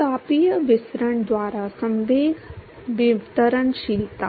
तो तापीय विसरण द्वारा संवेग विवर्तनशीलता